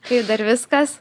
kaip dar viskas